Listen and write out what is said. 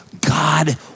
God